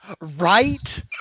right